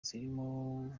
zirimo